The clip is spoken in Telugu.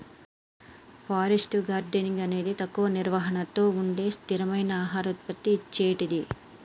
ఫారెస్ట్ గార్డెనింగ్ అనేది తక్కువ నిర్వహణతో ఉండే స్థిరమైన ఆహార ఉత్పత్తి ఇచ్చేటిది